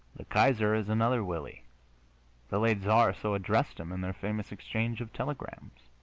the kaiser is another willie the late czar so addressed him in their famous exchange of telegrams.